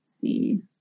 See